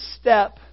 step